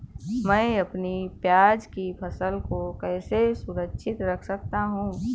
मैं अपनी प्याज की फसल को कैसे सुरक्षित रख सकता हूँ?